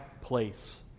place